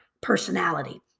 personality